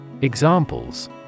Examples